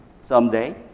someday